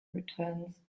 returns